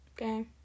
okay